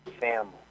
family